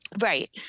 Right